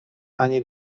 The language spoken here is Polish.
ani